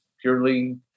purely